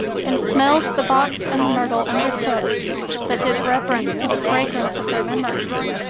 and smelled the box and the myrtle underfoot that did reverence to the fragrance of their memories,